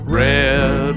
red